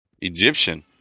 Egyptian